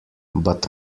but